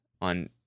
on